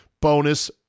bonus